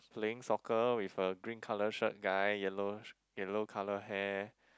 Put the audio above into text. playing soccer with a green colour shirt guy yellow yellow colour hair